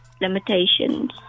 limitations